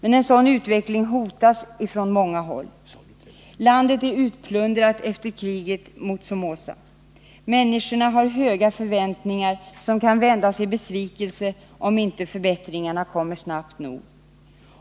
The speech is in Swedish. Men en sådan utveckling hotas från många håll. Landet är utplundrat efter kriget mot Somoza. Människorna har höga förväntningar som kan vändas i besvikelse om inte förbättringarna kommer snabbt nog.